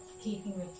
keeping